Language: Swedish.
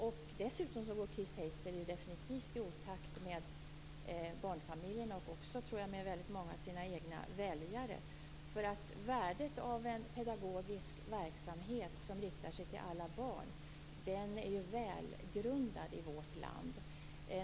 Dessutom går Chris Heister definitivt i otakt med barnfamiljerna och med många av sina egna väljare. Värdet av en pedagogisk verksamhet som riktar sig till alla barn är ju välgrundat i vårt land.